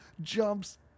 jumps